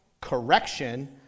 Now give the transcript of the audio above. correction